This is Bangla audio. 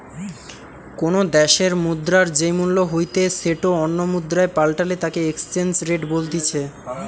কোনো দ্যাশের মুদ্রার যেই মূল্য হইতে সেটো অন্য মুদ্রায় পাল্টালে তাকে এক্সচেঞ্জ রেট বলতিছে